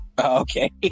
okay